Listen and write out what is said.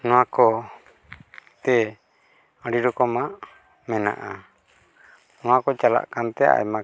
ᱱᱚᱣᱟ ᱠᱚᱛᱮ ᱟᱹᱰᱤ ᱨᱚᱠᱚᱢᱟᱜ ᱢᱮᱱᱟᱜᱼᱟ ᱱᱚᱣᱟ ᱠᱚ ᱪᱟᱞᱟᱜ ᱠᱟᱱᱛᱮ ᱟᱭᱢᱟ